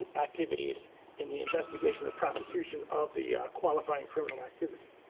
and activities in the investigation or prosecution of the qualifying criminal activity.